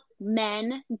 men